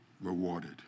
rewarded